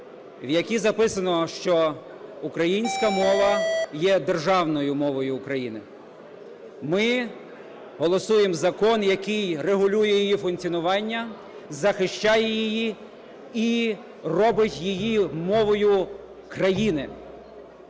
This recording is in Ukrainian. в якій записано, що українська мова є державною мовою України. Ми голосуємо закон, який регулює її функціонування, захищає її і робить її мовою країни